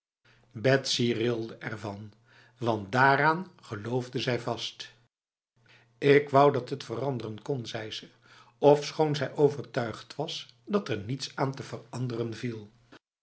betsy rilde ervan want daaraan geloofde zij vast ik wou dat het veranderen kon zei ze ofschoon zij overtuigd was dat er niets aan te veranderen viel